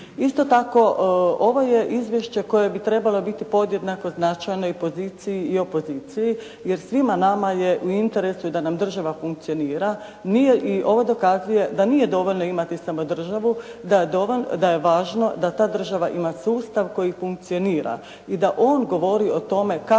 Isto tako ovo je izvješće koje bi trebalo biti podjednako značajno i poziciji i opoziciji, jer svima nama je u interesu da nam država funkcionira i ovo dokazuje da nije dovoljno imati samo državu, da je važno da ta država ima sustav koji funkcionira i da on govori o tome kakva